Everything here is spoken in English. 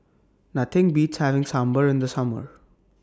Nothing Beats having Sambar in The Summer